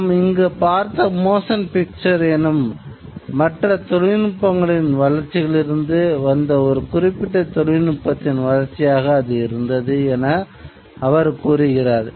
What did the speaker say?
நாம் இங்கு பார்த்த மோஷன் பிக்சர் எனும் மற்ற தொழில்நுட்பங்களின் வளர்ச்சிகளிலிருந்து வந்த ஒரு குறிப்பிட்ட தொழில்நுட்பத்தின் வளர்ச்சியாக அது இருந்தது என அவர் கூறுகிறார்